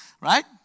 right